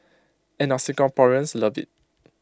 and our Singaporeans love IT